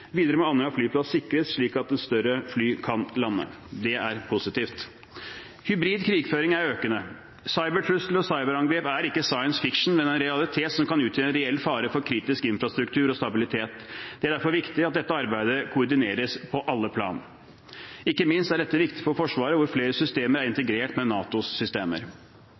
Videre må Andøya flyplass sikres slik at større fly kan lande. Det er positivt. Hybrid krigføring er økende. Cybertrusler og cyberangrep er ikke science fiction, men en realitet som kan utgjøre en reell fare for kritisk infrastruktur og stabilitet. Det er derfor viktig at dette arbeidet koordineres på alle plan. Ikke minst er dette viktig for Forsvaret, hvor flere systemer er integrert med NATOs systemer.